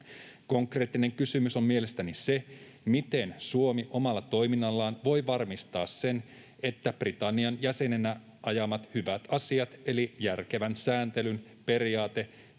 Konkreettinen kysymys on mielestäni se, miten Suomi omalla toiminnallaan voi varmistaa sen, että Britannian jäsenenä ajamat hyvät asiat eli järkevän sääntelyn periaate